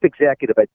executive